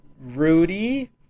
Rudy